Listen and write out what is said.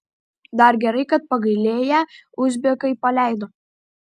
dar gerai kad pagailėję uzbekai paleido